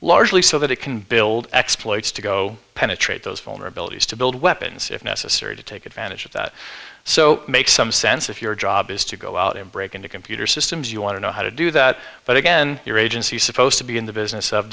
largely so that it can build exploits to go penetrate those vulnerabilities to build weapons if necessary to take advantage of that so make some sense if your job is to go out and break into computer systems you want to know how to do that but again your agency supposed to be in the business of